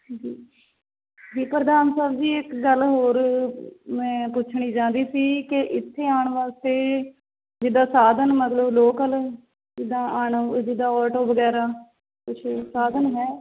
ਜੀ ਜੀ ਪ੍ਰਧਾਨ ਸਾਹਿਬ ਜੀ ਇੱਕ ਗੱਲ ਹੋਰ ਮੈਂ ਪੁੱਛਣੀ ਚਾਹੁੰਦੀ ਸੀ ਕਿ ਇੱਥੇ ਆਉਣ ਵਾਸਤੇ ਜਿੱਦਾਂ ਸਾਧਨ ਮਤਲਬ ਲੋਕਲ ਜਿੱਦਾਂ ਆਉਣ ਜਿੱਦਾਂ ਆਟੋ ਵਗੈਰਾ ਕੁਛ ਸਾਧਨ ਹੈ